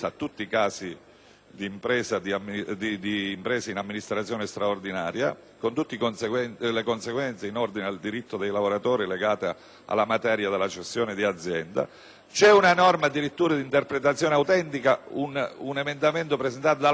di impresa in amministrazione straordinaria, con tutte le conseguenze in ordine al diritto dei lavoratori, in quanto legata alla materia della cessione di azienda. Vi è poi addirittura una norma di interpretazione autentica, un emendamento presentato dal Governo,